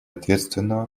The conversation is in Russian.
ответственного